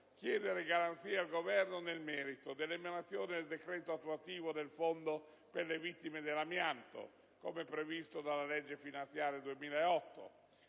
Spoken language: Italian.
chiedere garanzie al Governo nel merito: dell'emanazione del decreto attuativo del Fondo per le vittime dell'amianto, come previsto dalla legge finanziaria 2008;